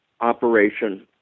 operation